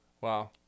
Wow